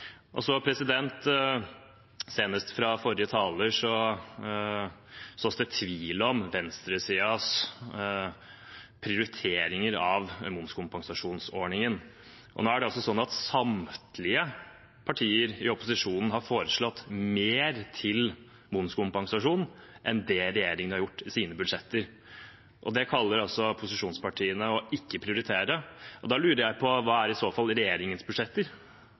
Senest fra forrige taler sås det tvil om venstresidens prioriteringer av momskompensasjonsordningen. Nå er det altså sånn at samtlige partier i opposisjonen har foreslått mer til momskompensasjon enn det regjeringen har gjort i sine budsjetter. Det kaller altså posisjonspartiene å ikke prioritere. Da lurer jeg i så fall på: Hva med regjeringens budsjetter,